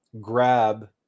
grab